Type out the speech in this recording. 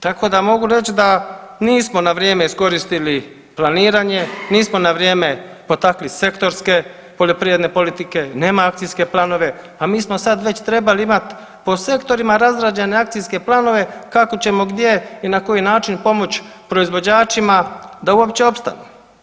Tako da mogu reći da nismo na vrijeme iskoristili planiranje, nismo na vrijeme potakli sektorske poljoprivredne politike, nema akcijske planove, a mi smo sad već trebali imati po sektorima razrađene akcijske planove kako ćemo gdje i na koji način pomoć proizvođačima da uopće ostanu.